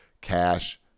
cash